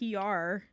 pr